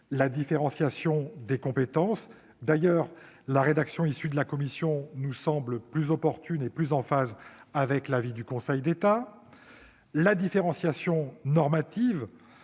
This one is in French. la différenciation des compétences- sur ce point, la rédaction issue de la commission nous semble plus opportune et plus conforme à l'avis du Conseil d'État -, la différenciation normative-